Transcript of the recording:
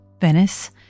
venice